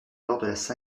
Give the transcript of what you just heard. lors